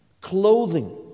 clothing